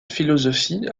philosophie